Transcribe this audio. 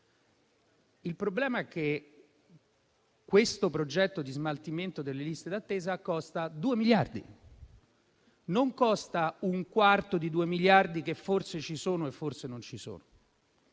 Il problema è che questo progetto di smaltimento delle liste d'attesa costa due miliardi: non costa un quarto di due miliardi, che forse ci sono e forse non ci sono.